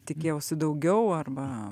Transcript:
tikėjausi daugiau arba